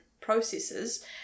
processes